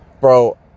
bro